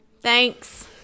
Thanks